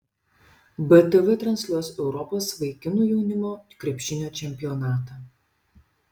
btv transliuos europos vaikinų jaunimo krepšinio čempionatą